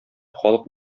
халык